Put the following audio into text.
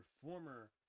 former